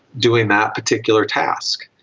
doing that particular task.